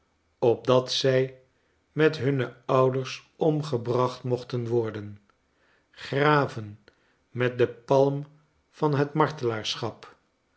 opdat zij met hunne ouders omgebracht mochten worden graven met den palm van het